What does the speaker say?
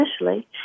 initially